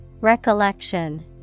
Recollection